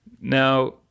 Now